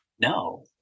No